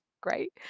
great